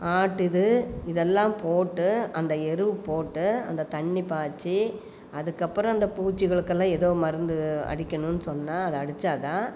ஆட்டு இது இதெல்லாம் போட்டு அந்த எருவு போட்டு அந்த தண்ணி பாய்த்து அதுக்கப்புறம் அந்த பூச்சிகளுக்கெல்லாம் ஏதோ மருந்து அடிக்கணுன்னு சொன்னால் அது அடிச்சால் தான்